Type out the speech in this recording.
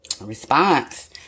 response